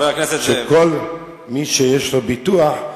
שכל מי שיש לו ביטוח,